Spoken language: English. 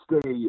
stay